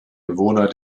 bewohner